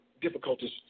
difficulties